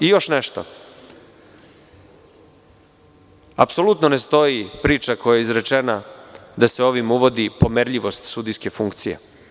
Još nešto, apsolutno ne stoji priča koja je izrečena da se ovim uvodi pomerljivost sudijske funkcije.